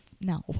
No